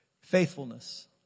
Faithfulness